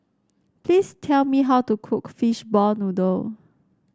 please tell me how to cook Fishball Noodle